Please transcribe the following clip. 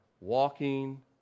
Walking